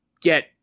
get –